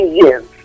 years